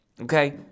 okay